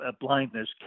blindness